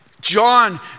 John